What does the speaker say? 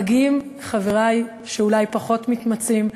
פגים, חברי שאולי פחות מתמצאים,